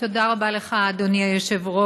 תודה רבה לך, אדוני היושב-ראש.